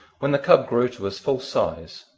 when the cub grew to his full size,